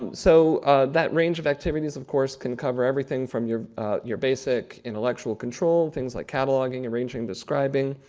and so that range of activities of course can cover everything from your your basic intellectual control. things like cataloguing, arranging, describing.